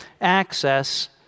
access